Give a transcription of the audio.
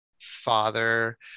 father